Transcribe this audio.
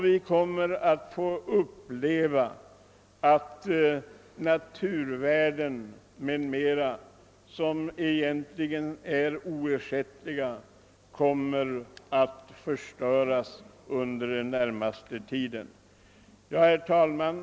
Vi kommer att få uppleva att naturvärden som egentligen är oersättliga blir förstörda inom den närmaste tiden. Herr talman!